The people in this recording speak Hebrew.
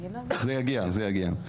זה יגיע, זה יגיע.